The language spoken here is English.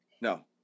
no